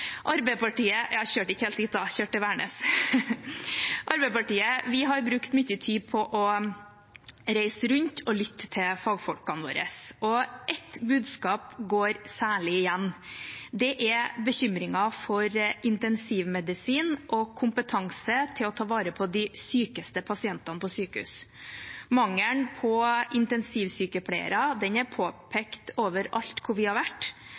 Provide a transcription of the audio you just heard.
ikke helt hit, da, jeg kjørte til Værnes. Vi i Arbeiderpartiet har brukt mye tid på å reise rundt og lytte til fagfolkene våre, og ett budskap går særlig igjen. Det er bekymringer for intensivmedisin og kompetanse til å ta vare på de sykeste pasientene på sykehus. Mangelen på intensivsykepleiere er påpekt overalt hvor vi har vært,